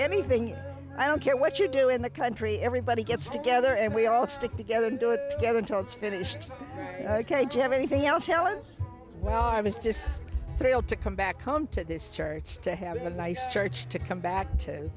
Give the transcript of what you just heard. anything i don't care what you do in the country everybody gets together and we all stick together and do it together until it's finished ok jim anything else helen well i was just thrilled to come back home to this church to have a nice church to come back to